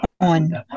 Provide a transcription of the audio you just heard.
on